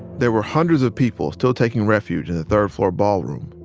there were hundreds of people still taking refuge in the third-floor ballroom.